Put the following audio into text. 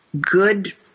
good